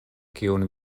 kiun